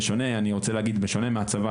בשונה מהצבא,